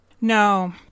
No